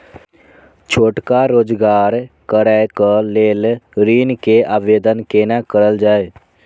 छोटका रोजगार करैक लेल ऋण के आवेदन केना करल जाय?